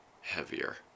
heavier